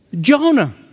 Jonah